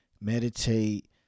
Meditate